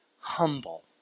humble